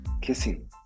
kissing